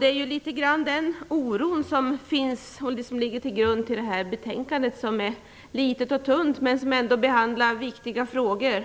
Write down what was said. Det är den oron som delvis ligger till grund för det här betänkandet som är litet och tunt men som ändå behandlar viktiga frågor